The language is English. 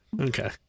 Okay